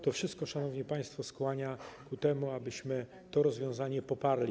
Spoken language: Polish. To wszystko, szanowni państwo, skłania ku temu, abyśmy to rozwiązanie poparli.